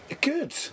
Good